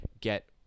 get